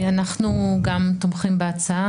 גם אנחנו תומכים בהצעה,